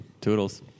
Toodles